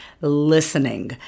listening